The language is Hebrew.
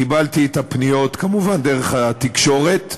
קיבלתי את הפניות כמובן דרך התקשורת,